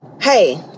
Hey